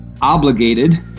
obligated